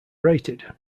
rated